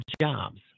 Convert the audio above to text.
jobs